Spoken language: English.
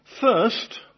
First